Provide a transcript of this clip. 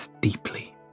deeply